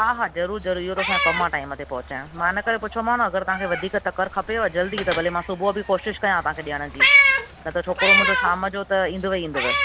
हा हा ज़रूर ज़रूर इहो त असां जो कमु आहे टाइम ते पहुंचाइण मां हिनु करे पुछोमाव न अगरि तव्हांखे वधीक तकिड़ खपेव जल्दी त भले मां सुबूह जो बि कोशिश कयां तव्हांखे ॾियण जी न त छोकिरो मुंहिंजो शामु जो त ईंदुव ई ईंदुव